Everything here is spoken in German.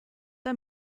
der